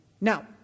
Now